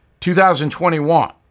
2021